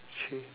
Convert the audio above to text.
chi~